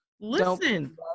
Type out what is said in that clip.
listen